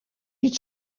niet